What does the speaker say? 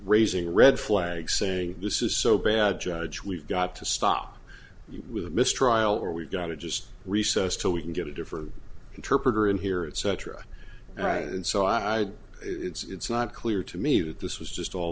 raising red flags saying this is so bad judge we've got to stop you with a mistrial or we've got to just recess till we can get a different interpreter in here and cetera right and so i it's not clear to me that this was just all